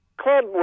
club